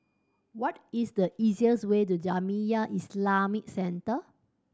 what is the easiest way to Jamiyah Islamic Centre